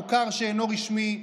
המוכר שאינו רשמי,